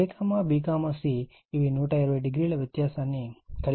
a b c ఇవి 120o వ్యత్యాసాన్ని కలిగి ఉంటాయి